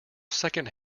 second